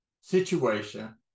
situation